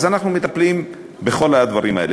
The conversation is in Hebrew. אז אנחנו מטפלים בכל הדברים האלה.